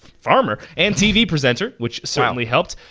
um ah and tv presenter, which certainly helped.